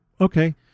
Okay